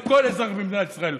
שלכל אזרח במדינת ישראל,